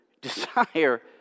desire